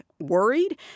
Worried